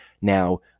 Now